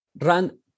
Run